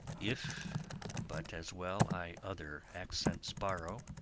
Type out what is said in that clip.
if but as well i other accents borrow,